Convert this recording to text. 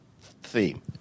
theme